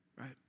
right